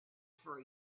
for